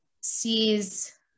sees